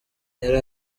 yari